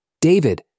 David